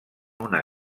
una